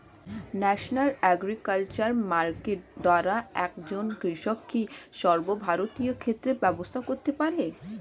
National agriculture market দ্বারা একজন কৃষক কি সর্বভারতীয় ক্ষেত্রে ব্যবসা করতে পারে?